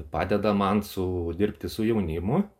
padeda man su dirbti su jaunimu